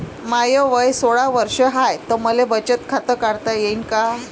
माय वय सोळा वर्ष हाय त मले बचत खात काढता येईन का?